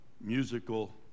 musical